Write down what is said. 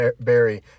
Barry